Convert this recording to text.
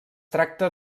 tracta